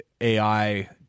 AI